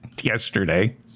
yesterday